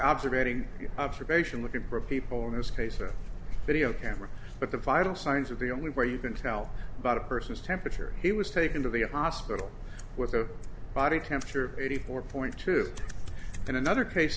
observation observation with a repeatable in this case a video camera but the vital signs of the only way you can tell about a person's temperature he was taken to the hospital with a body temperature eighty four point two in another case